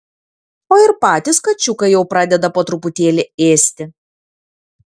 o ir patys kačiukai jau pradeda po truputėlį ėsti